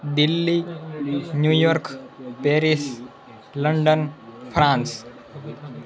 Delhi New York Paris London France